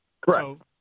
Correct